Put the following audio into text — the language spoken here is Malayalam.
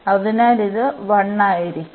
അതിനാൽ ഇത് 1 ആയിരിക്കും